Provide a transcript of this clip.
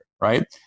right